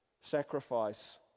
Sacrifice